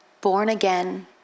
born-again